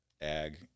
ag